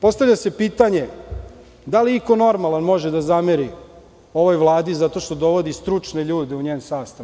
Postavlja se pitanje da li iko normalan može da zameri ovoj Vladi zato što dovodi stručne ljude u njen sastav?